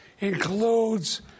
includes